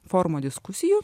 formų diskusijų